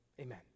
Amen